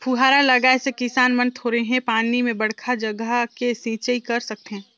फुहारा लगाए से किसान मन थोरहें पानी में बड़खा जघा के सिंचई कर सकथें